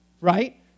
right